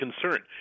concern